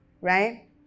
right